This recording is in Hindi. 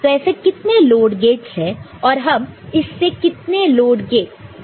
तो ऐसे कितने लोड गेट्स है और हम इससे कितने लोड गेट को कनेक्ट कर सकते हैं